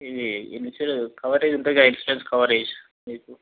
ఇది insurance coverage ఉంటుందిగా insurance coverage మీకు